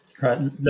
Right